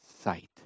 sight